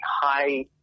high